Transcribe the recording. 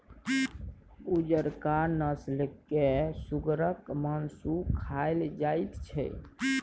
उजरका नस्ल केर सुगरक मासु खाएल जाइत छै